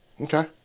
Okay